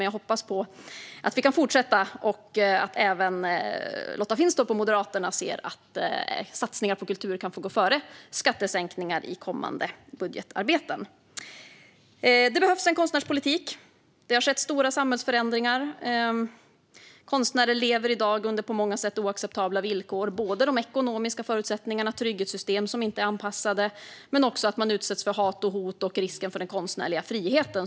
Jag hoppas dock att vi kan fortsätta och att även Lotta Finstorp och Moderaterna ser att satsningar på kultur kan få gå före skattesänkningar i kommande budgetarbeten. Det behövs en konstnärspolitik. Det har skett stora samhällsförändringar, och konstnärer lever i dag under på många sätt oacceptabla villkor. Det gäller såväl de ekonomiska förutsättningarna och trygghetssystem som inte är anpassade som att man utsätts för hat och hot, vilket innebär en risk gällande den konstnärliga friheten.